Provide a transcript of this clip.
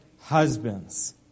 husbands